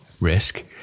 risk